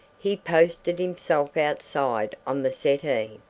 he posted himself outside on the settee.